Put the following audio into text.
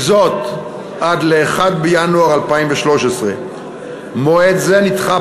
וזאת עד ל-1 בינואר 2013. מועד זה נדחה